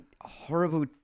horrible